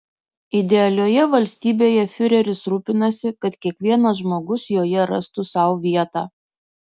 idealioje valstybėje fiureris rūpinasi kad kiekvienas žmogus joje rastų sau vietą